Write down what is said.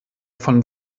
von